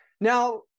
Now